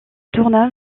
tourna